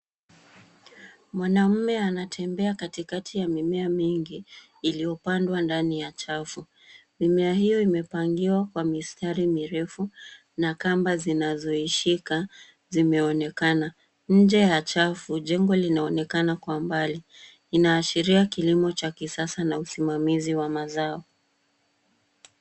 Mwanaume anatembea katikati ya mimea mingi, iliyopandwa ndani ya chafu. Mimea hiyo imepangiwa kwa mistari mirefu, na kamba zinazoishika, zinaonekana. Nje ya chafu, jengo linaonekana kwa mbali, inaashiria kilimo cha kisasa na usimamizi wa mazao.